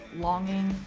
longing,